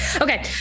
Okay